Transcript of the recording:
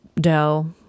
dough